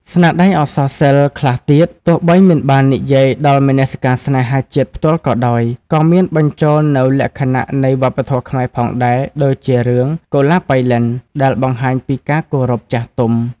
ស្នាដៃអក្សរសិល្ប៍ខ្លះទៀត ទោះបីមិនបាននិយាយដល់មនសិការស្នេហាជាតិផ្ទាល់ក៏ដោយ ក៏មានបញ្ចូលនូវលក្ខណៈនៃវប្បធម៌ខ្មែរផងដែរ ដូចជារឿង «កុលាបប៉ៃលិន» ដែលបង្ហាញពីការគោរពចាស់ទុំ។